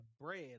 bread